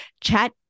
chat